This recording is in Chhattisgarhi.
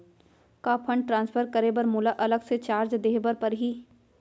का फण्ड ट्रांसफर करे बर मोला अलग से चार्ज देहे बर परही?